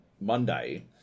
Monday